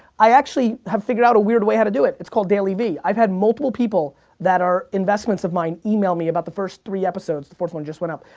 i actually have figured out a weird way how to do it, it's called dailyvee, i've had multiple people that are investments of mine, email me about the first three episodes, the fourth one just went up,